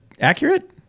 accurate